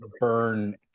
burn